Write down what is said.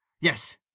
Yes